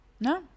No